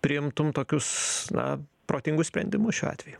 priimtum tokius na protingus sprendimus šiuo atveju